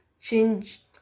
change